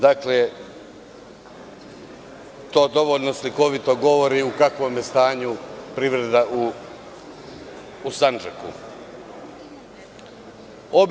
Dakle, to dovoljno slikoviti govori u kakvom je stanju privreda u Sandžaku.